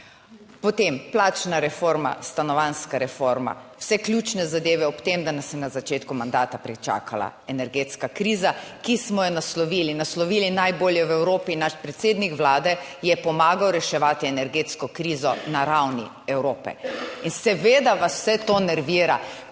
potem plačna reforma, stanovanjska reforma, vse ključne zadeve, ob tem da nas je na začetku mandata pričakala energetska kriza, ki smo jo naslovili, naslovili najbolje v Evropi. Naš predsednik Vlade je pomagal reševati energetsko krizo na ravni Evrope. In seveda vas vse to nervira.